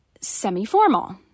semi-formal